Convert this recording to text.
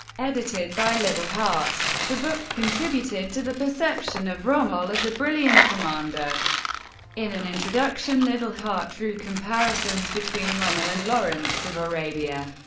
edited by liddell hart. the book contributed to the perception of rommel as a brilliant commander in an introduction, liddell hart drew comparisons between rommel and lawrence of arabia,